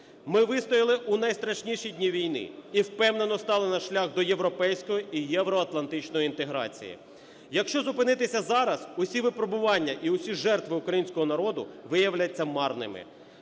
Ми вистояли в найстрашніші дні війни і впевнено стали на шлях до європейської і євроатлантичної інтеграції. Якщо зупинитися зараз, усі випробування і всі жертви українського народу виявляться марними.